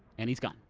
and he's gone.